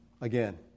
Again